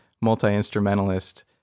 multi-instrumentalist